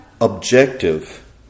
objective